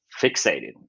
fixated